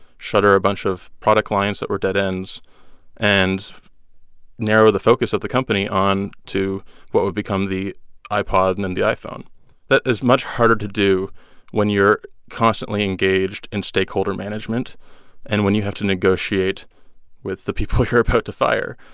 shutter a bunch of product lines that were dead ends and narrow the focus of the company on to what would become the ipod and and the iphone that is much harder to do when you're constantly engaged in stakeholder management and when you have to negotiate with the people you're about to fire.